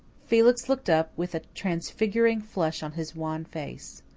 felix looked up, with a transfiguring flush on his wan face.